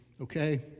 okay